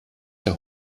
der